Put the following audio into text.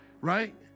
Right